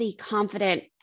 confident